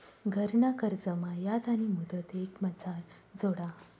घरना कर्जमा याज आणि मुदल एकमाझार जोडा